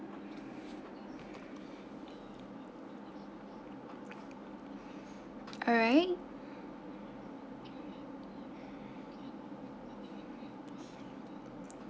alright